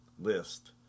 list